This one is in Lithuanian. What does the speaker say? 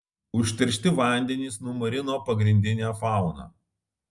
užteršti vandenys numarino pagrindinę fauną